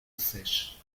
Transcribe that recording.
sèche